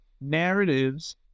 narratives